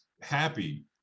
happy